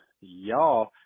y'all